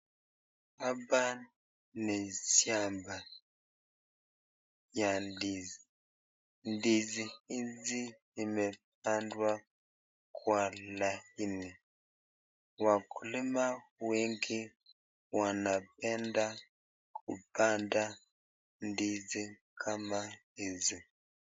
Hapa ni shamba ya ndizi, ndizi hizi imepandwa kwa laini, wakulima wengi wanapenda kupanda ndizi kama hizi.